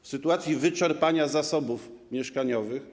W sytuacji wyczerpania zasobów mieszkaniowych.